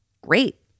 Great